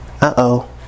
Uh-oh